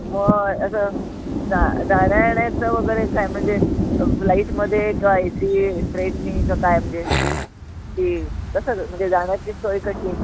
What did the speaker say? मग असं जा जाण्या येण्याचं वगैरे काय म्हणजे फ्लाईटमध्ये का ए सी ट्रेननी का काय म्हणजे की कसं म्हणजे जाण्याची सोय कशी